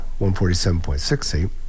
147.68